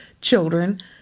children